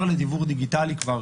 המעבר לדיוור דיגיטלי כבר